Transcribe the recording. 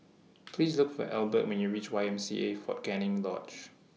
Please Look For Elbert when YOU REACH Y M C A Fort Canning Lodge